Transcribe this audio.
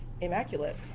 immaculate